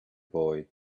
boy